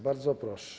Bardzo proszę.